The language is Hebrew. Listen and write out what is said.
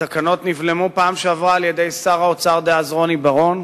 בפעם שעברה התקנות נבלמו על-ידי שר האוצר דאז רוני בר-און,